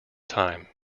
time